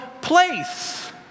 place